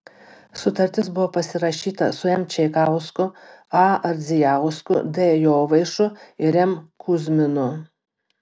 sutartis buvo pasirašyta su m čaikausku a ardzijausku d jovaišu ir m kuzminu